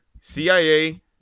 CIA